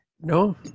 No